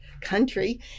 country